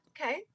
okay